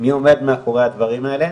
מי עומד מאחורי הדברים האלה.